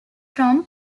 from